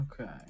Okay